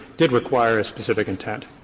did require a specific intent.